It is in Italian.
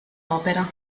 opera